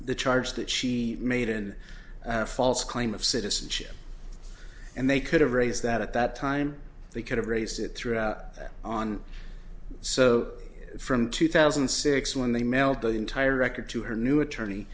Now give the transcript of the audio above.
the charge that she made in a false claim of citizenship and they could have raised that at that time they could have raised it throughout on so from two thousand and six when they mailed the entire record to her new attorney